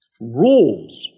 rules